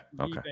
okay